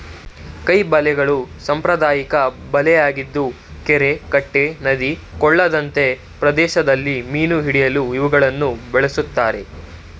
ಕೈ ಬಲೆಗಳು ಸಾಂಪ್ರದಾಯಿಕ ಬಲೆಯಾಗಿದ್ದು ಕೆರೆ ಕಟ್ಟೆ ನದಿ ಕೊಳದಂತೆ ಪ್ರದೇಶಗಳಲ್ಲಿ ಮೀನು ಹಿಡಿಯಲು ಇವುಗಳನ್ನು ಬಳ್ಸತ್ತರೆ